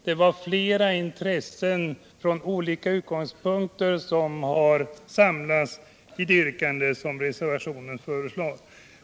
Det var flera intressen från olika utgångspunkter som samlades i det yrkande som reservationen föreslår.